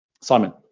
Simon